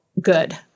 good